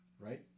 right